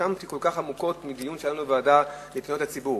התרשמתי כל כך עמוקות מדיון שהיה לנו בוועדה לפניות הציבור,